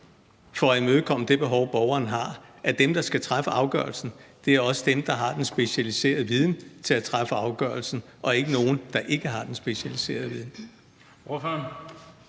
for at imødekomme det behov, borgeren har, også er dem, der har den specialiserede viden til at træffe afgørelsen, og ikke nogle, der ikke har den specialiserede viden?